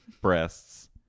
Breasts